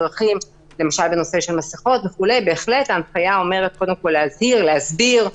למשל בנושא של המסכות ההנחיה אומרת קודם כול להזהיר ולהסביר.